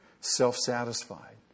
self-satisfied